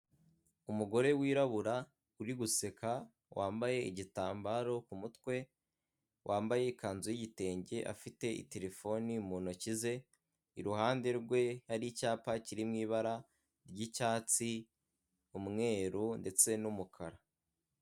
Umugore wirabura uri guseka wambaye igitambaro ku mutwe, wambaye ikanzu y'igitenge afite terefoni mu ntoki ze, iruhande rwe hari icyapa kiri mu ibara ry'icyatsi, umweru ndetse n'umukara.